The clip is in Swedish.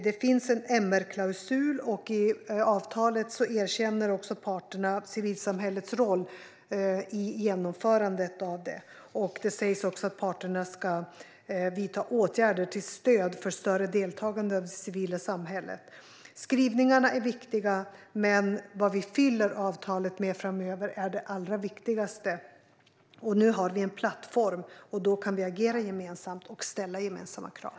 Det finns en MR-klausul, och i avtalet erkänner parterna civilsamhällets roll i genomförandet av det. Det sägs också att parterna ska vidta åtgärder till stöd för ett större deltagande av det civila samhället. Skrivningarna är viktiga, men vad vi fyller avtalet med framöver är det allra viktigaste. Nu har vi en plattform och kan agera gemensamt och ställa gemensamma krav.